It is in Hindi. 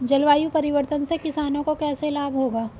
जलवायु परिवर्तन से किसानों को कैसे लाभ होगा?